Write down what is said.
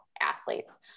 athletes